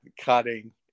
cutting